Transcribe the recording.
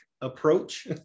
approach